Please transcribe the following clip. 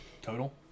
total